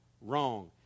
wrong